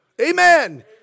Amen